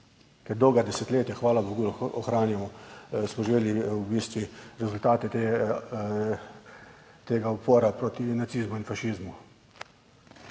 ker dolga desetletja hvala bogu lahko ohranjamo, smo živeli v bistvu rezultate tega upora proti nacizmu in fašizmu.